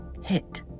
hit